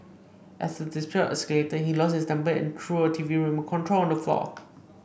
as the dispute escalated he lost his temper and threw a T V remote control on the floor